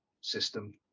system